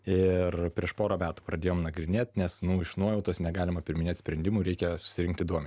ir prieš porą metų pradėjom nagrinėti nes nu iš nuojautos negalima priiminėti sprendimų reikia susirinkti duomenis